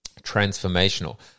transformational